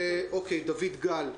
דוד גל,